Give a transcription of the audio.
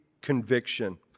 conviction